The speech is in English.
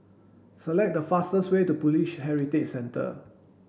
select the fastest way to Police Heritage Centre